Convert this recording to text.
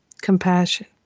compassion